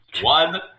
one